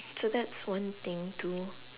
so that's one thing too